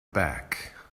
back